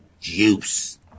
Juice